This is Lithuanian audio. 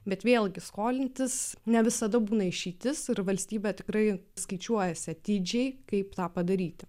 bet vėlgi skolintis ne visada būna išeitis ir valstybė tikrai skaičiuojasi atidžiai kaip tą padaryti